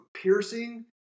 piercing